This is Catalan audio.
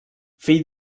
fill